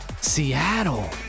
Seattle